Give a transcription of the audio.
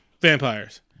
vampires